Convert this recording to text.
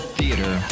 Theater